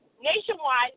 nationwide